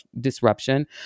disruption